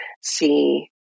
see